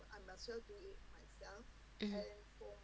mm